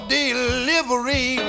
delivery